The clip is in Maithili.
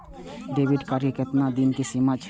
डेबिट कार्ड के केतना दिन के सीमा छै?